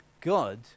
God